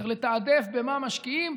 צריך לתעדף במה משקיעים.